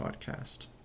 podcast